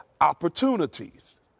opportunities